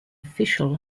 official